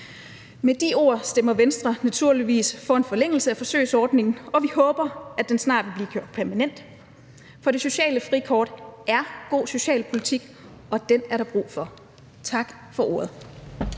Med de ord stemmer Venstre naturligvis for en forlængelse af forsøgsordningen, og vi håber, at den snart vil blive gjort permanent. For det sociale frikort er god socialpolitik, og den er der brug for. Tak for ordet.